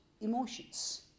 emotions